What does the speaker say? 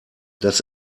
das